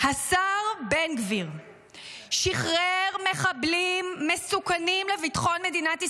השר בן גביר שחרר מחבלים מסוכנים לביטחון מדינת ישראל,